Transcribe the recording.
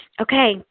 Okay